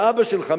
האבא שלך,